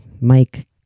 Mike